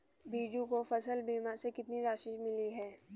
बीजू को फसल बीमा से कितनी राशि मिली है?